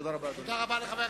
תודה רבה, אדוני.